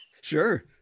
Sure